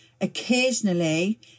occasionally